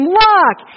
lock